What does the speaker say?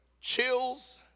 chills